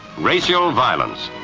racial violence.